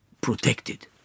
protected